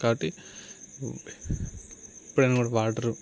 కాబట్టి ఎక్కడైనా కూడా వాటర్